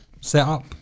setup